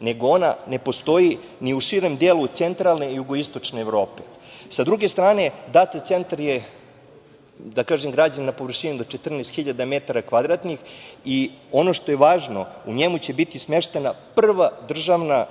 nego ona ne postoji ni u širem delu centralne jugoistočne Evrope. Sa druge strane Državni data centar je, da kažem, građen na površini 14 hiljada metara kvadratnih i ono što je važno u njemu će biti smeštena prava državna